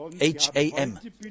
H-A-M